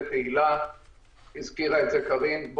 תהילה הזכירה את זה, וקרין הזכירה את זה.